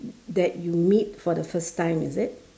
that you meet for the first time is it